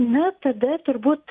na tada turbūt